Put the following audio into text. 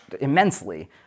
immensely